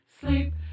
sleep